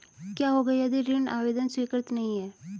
क्या होगा यदि ऋण आवेदन स्वीकृत नहीं है?